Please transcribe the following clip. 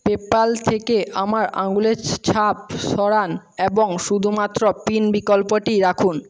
PayPal থেকে আমার আঙুলের ছাপ সরান এবং শুধুমাত্র পিন বিকল্পটি রাখুন